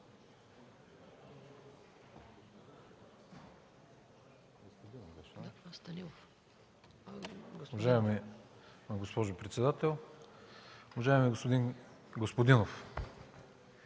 Уважаема госпожо председател! Уважаеми господин Господинов,